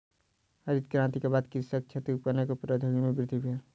हरित क्रांति के बाद कृषि क्षेत्रक उपकरणक प्रौद्योगिकी में वृद्धि भेल